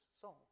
song